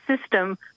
system